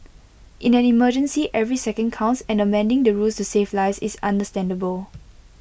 in an emergency every second counts and amending the rules to save lives is understandable